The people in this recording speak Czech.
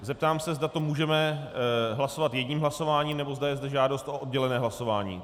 Zeptám se, zda o tom můžeme hlasovat jedním hlasováním, nebo zda je zde žádost o oddělené hlasování.